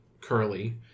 curly